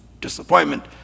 disappointment